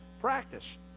practice